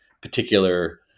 particular